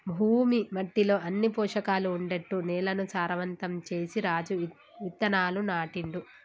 భూమి మట్టిలో అన్ని పోషకాలు ఉండేట్టు నేలను సారవంతం చేసి రాజు విత్తనాలు నాటిండు